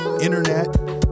internet